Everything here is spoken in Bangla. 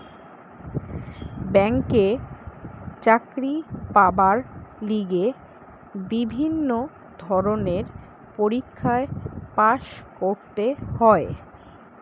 ব্যাংকে চাকরি পাবার লিগে বিভিন্ন ধরণের পরীক্ষায় পাস্ করতে হয়